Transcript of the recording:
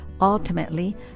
Ultimately